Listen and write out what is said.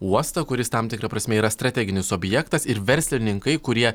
uostą kuris tam tikra prasme yra strateginis objektas ir verslininkai kurie